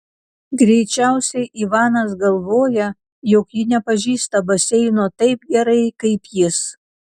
greičiausiai ivanas galvoja jog ji nepažįsta baseino taip gerai kaip jis